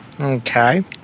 Okay